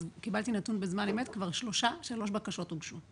אז קיבלתי נתון בזמן אמת כבר שלוש בקשות הוגשו.